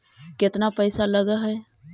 केतना पैसा लगय है?